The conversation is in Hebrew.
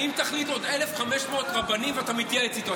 אם תחליט עוד 1,500 רבנים ואתה מתייעץ איתו,